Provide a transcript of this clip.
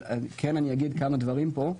אבל כן אני אגיד כמה דברים פה.